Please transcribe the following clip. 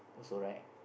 also right